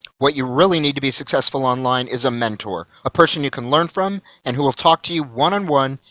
what you really need to be successful online is a mentor, a person you can learn from and who will talk to you one on one,